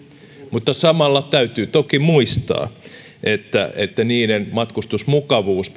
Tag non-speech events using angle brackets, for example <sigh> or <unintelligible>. mutta samalla täytyy toki muistaa että että niiden matkustusmukavuus <unintelligible>